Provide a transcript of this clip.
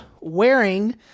wearing